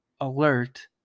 alert